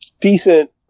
decent